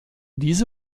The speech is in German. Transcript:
diese